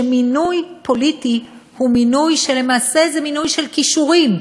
שמינוי פוליטי הוא מינוי שלמעשה זה מינוי של כישורים.